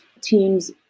teams